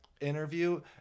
Interview